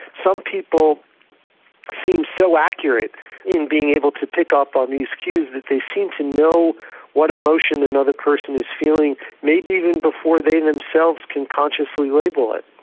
some people seem so accurate in being able to pick up on these cues that they seem to know what emotion another person is feeling maybe even before they themselves can consciously label it.